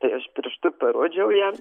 tai aš pirštu parodžiau jam